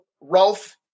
Rolf